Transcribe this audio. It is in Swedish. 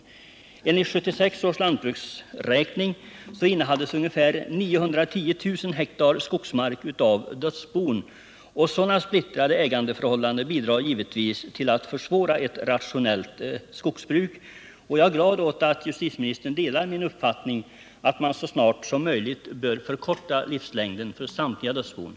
Enligt 1976 års lantbruksräkning innehades ungefär 910000 hektar skogsmark av dödsbon, och sådana splittrade ägandeförhållanden bidrar ju givetvis till att försvåra ett rationellt skogsbruk. Jag är glad åt att justitieministern delar min uppfattning att man så snart som Nr 37 möjligt bör förkorta livslängden för samtliga dödsbon.